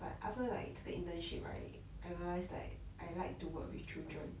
but after like 这个 internship right I realise like I like to work with children